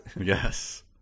Yes